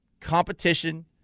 competition